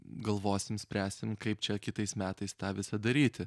galvosim spręsim kaip čia kitais metais tą visą daryti